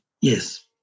Yes